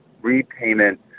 repayment